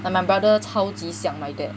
like my brother 超级像 my dad